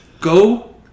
go